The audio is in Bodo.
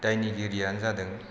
दायनिगिरियानो जादों